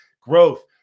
growth